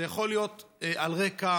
זה יכול להיות על רקע